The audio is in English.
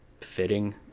fitting